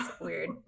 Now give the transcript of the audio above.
weird